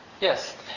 Yes